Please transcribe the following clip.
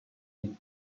the